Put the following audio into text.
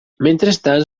mentrestant